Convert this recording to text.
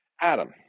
Adam